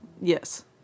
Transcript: Yes